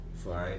fly